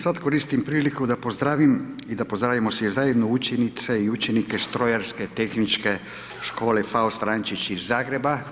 Sad koristim priliku da pozdravim i da pozdravimo svi zajedno učenice i učenike Strojarske tehničke škole Faust Vranjčić iz Zagreba.